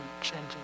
changing